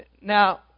Now